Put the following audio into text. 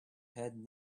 had